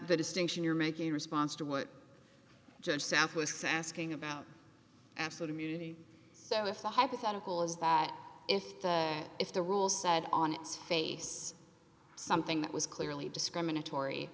the distinction you're making a response to what judge south was saskin about absolute immunity so if the hypothetical is that if the if the rules said on its face something that was clearly discriminatory